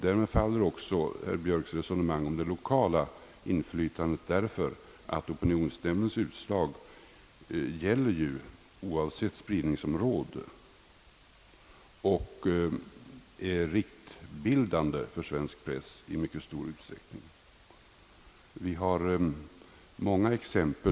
Därmed faller också herr Björks resonemang om det lokala inflytandet, eftersom <opinionsnämndens utslag gäller oavsett spridningsområdet och i mycket stor utsträckning är riktgivande för svensk press.